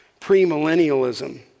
Premillennialism